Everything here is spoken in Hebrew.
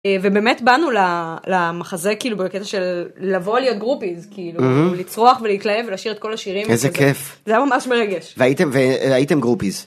ובאמת באנו למחזה כאילו בקטע של לבוא להיות גרופי זה כאילו לצרוח ולהתלהב ולשיר את כל השירים איזה כיף זה היה ממש מרגש והייתם והייתם גרופיז.